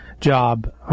job